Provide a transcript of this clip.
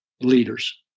leaders